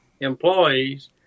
employees